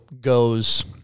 goes